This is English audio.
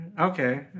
Okay